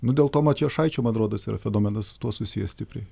nu dėl to matijošaičio man rodos yra fenomenas su tuo susijęs stipriai